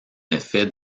effet